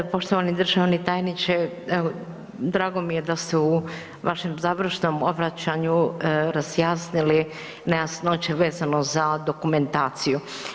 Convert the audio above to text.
Poštovani državni tajniče evo drago mi je da ste u vašem završnom obraćanju razjasnili nejasnoće vezano za dokumentaciju.